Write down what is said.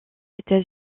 états